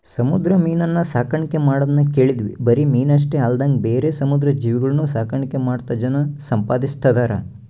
ಸಮುದ್ರ ಮೀನುನ್ನ ಸಾಕಣ್ಕೆ ಮಾಡದ್ನ ಕೇಳಿದ್ವಿ ಬರಿ ಮೀನಷ್ಟೆ ಅಲ್ದಂಗ ಬೇರೆ ಸಮುದ್ರ ಜೀವಿಗುಳ್ನ ಸಾಕಾಣಿಕೆ ಮಾಡ್ತಾ ಜನ ಸಂಪಾದಿಸ್ತದರ